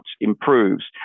improves